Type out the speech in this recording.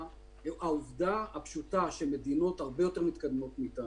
העובדה הפשוטה, שמדינות הרבה יותר מתקדמות מאתנו,